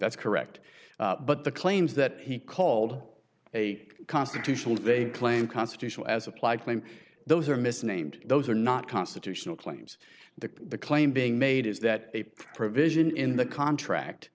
that's correct but the claims that he called a constitutional they claim constitutional as applied claim those are misnamed those are not constitutional claims that the claim being made is that a provision in the contract